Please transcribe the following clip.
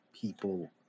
people